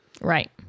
Right